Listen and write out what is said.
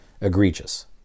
egregious